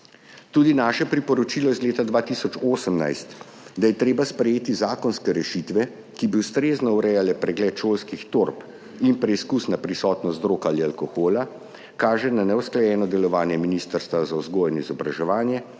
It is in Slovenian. Tudi naše priporočilo iz leta 2018, da je treba sprejeti zakonske rešitve, ki bi ustrezno urejale pregled šolskih torb in preizkus na prisotnost drog ali alkohola, kaže na neusklajeno delovanje Ministrstva za vzgojo in izobraževanje